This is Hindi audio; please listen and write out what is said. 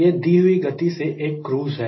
यह दी हुई गति से एक क्रूज़ है